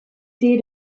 idee